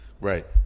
Right